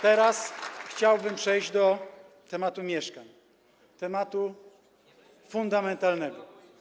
Teraz chciałbym przejść do tematu mieszkań, tematu fundamentalnego.